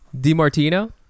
DiMartino